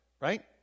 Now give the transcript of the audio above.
right